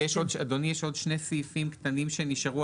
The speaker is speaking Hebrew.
אדוני, יש עוד שני סעיפים קטנים שנשארו.